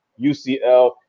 UCL